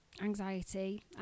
anxiety